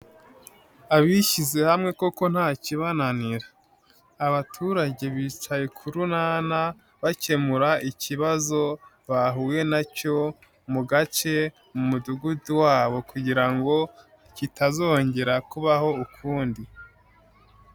Abishyize hamwe koko nta kibananira. Abaturage bicaye ku runana, bakemura ikibazo bahuye nacyo mu gace, mu mudugudu wabo kugira ngo kitazongera kubaho ukundi.